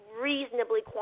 reasonably